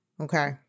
okay